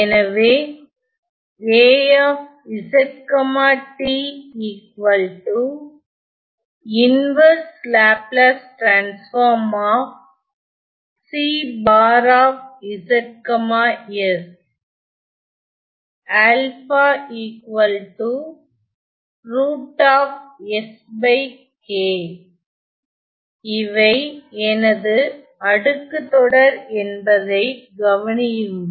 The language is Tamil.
எனவே இவை எனது அடுக்குத்தொடர் என்பதை கவனியுங்கள்